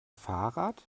fahrrad